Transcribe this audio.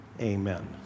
amen